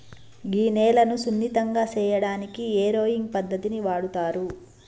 గీ నేలను సున్నితంగా సేయటానికి ఏరోయింగ్ పద్దతిని వాడుతారు